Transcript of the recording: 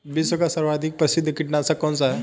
विश्व का सर्वाधिक प्रसिद्ध कीटनाशक कौन सा है?